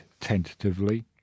tentatively